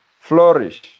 flourish